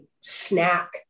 snack